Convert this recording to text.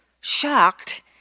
Shocked